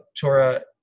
Torah